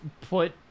put